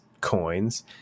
coins